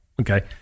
Okay